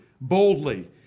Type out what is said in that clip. boldly